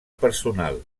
personal